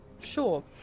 Sure